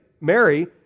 Mary